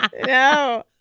no